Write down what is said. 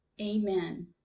Amen